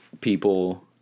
people